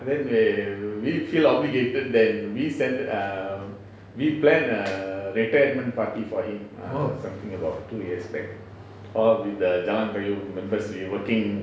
oh